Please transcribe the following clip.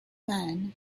man